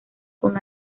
con